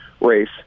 race